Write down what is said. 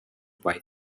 wife